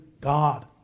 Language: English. God